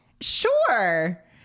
Sure